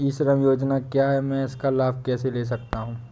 ई श्रम योजना क्या है मैं इसका लाभ कैसे ले सकता हूँ?